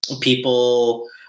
people